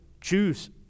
Choose